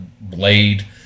blade